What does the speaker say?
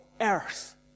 earth